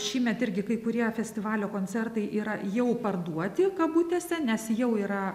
šįmet irgi kai kurie festivalio koncertai yra jau parduoti kabutėse nes jau yra